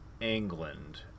England